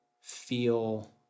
feel